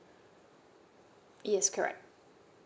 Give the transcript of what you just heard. yes correct